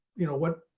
you know what,